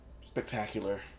spectacular